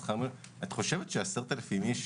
שכר מינימום את חושבת ש-10,000 איש